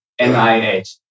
NIH